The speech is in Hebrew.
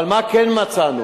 אבל מה כן מצאנו?